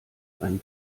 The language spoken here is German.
einen